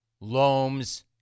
Loam's